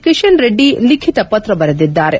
ಕಿಶನ್ ರೆಡ್ಡಿ ಲಿಖಿತ ಪತ್ರ ಬರೆದಿದ್ದಾರೆ